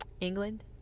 England